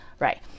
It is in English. Right